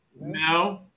No